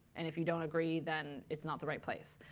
and if you don't agree, then it's not the right place.